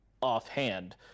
Offhand